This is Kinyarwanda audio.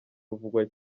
ruvugwa